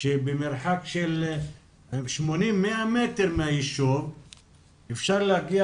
שבמרחק של 100-80 מטר מהיישוב אפשר להגיע